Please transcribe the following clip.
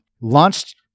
launched